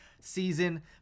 season